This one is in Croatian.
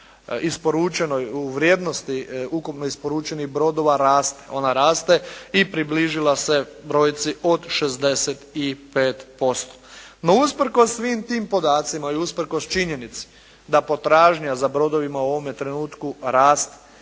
u vrijednosti ukupno isporučenih brodova raste, ona raste i približila se brojci od 65%. No usprkos svim tim podacima i usprkos činjenici da potražnja za brodovima u ovome trenutku raste.